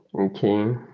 Okay